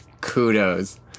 kudos